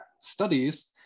studies